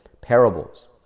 parables